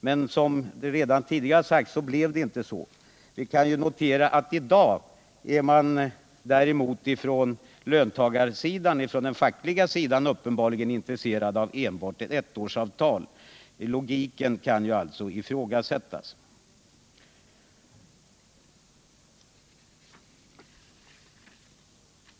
Men som tidigare framhållits blev det inte så. Däremot kan vi notera att man i dag på fackligt håll uppenbarligen enbart är intresserad av ett ettårsavtal. Logiken kan alltså ifrågasättas.